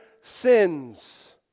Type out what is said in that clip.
sins